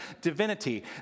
divinity